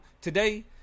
today